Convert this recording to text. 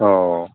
ꯑꯣ